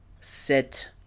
Sit